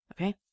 Okay